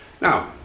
Now